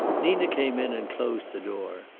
nina came in and closed the door.